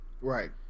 right